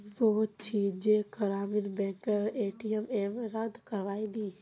सोच छि जे ग्रामीण बैंकेर ए.टी.एम रद्द करवइ दी